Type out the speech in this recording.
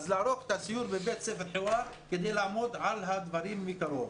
בבית הספר חיוואר כדי לעמוד על הדברים מקרוב.